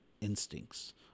instincts